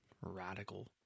radical